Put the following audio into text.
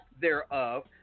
thereof